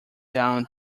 down